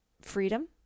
freedom